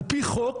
על פי חוק,